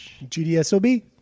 GDSOB